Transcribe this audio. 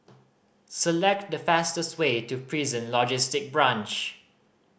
select the fastest way to Prison Logistic Branch